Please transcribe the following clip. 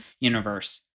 universe